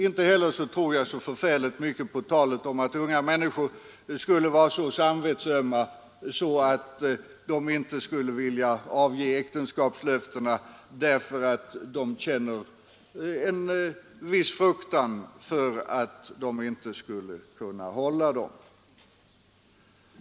Inte heller tror jag så förfärligt mycket på talet om att unga människor skulle vara så samvetsömma att de inte skulle vilja avge äktenskapslöftena därför att de känner en viss fruktan för att inte kunna hålla dem.